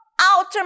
Outer